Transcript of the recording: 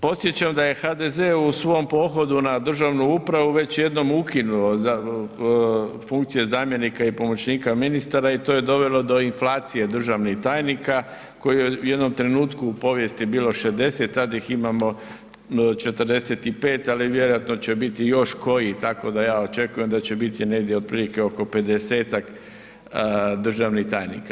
Podsjećam da je HDZ u svom pohodu na državnu upravu već jednom ukinuo funkcije zamjenika i pomoćnika ministara i to je dovelo do inflacije državnih tajnika koji u jednom trenutku u povijesti je bilo 60 sada ih imamo 45, ali vjerojatno će biti još koji, tako da ja očekujem da će biti negdje otprilike oko 50-tak državnih tajnika.